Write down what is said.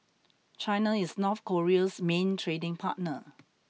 China is North Korea's main trading partner